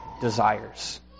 desires